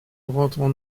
rentrent